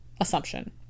assumption